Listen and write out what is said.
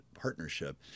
partnership